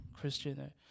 Christian